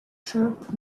chirp